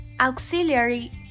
auxiliary